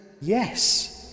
Yes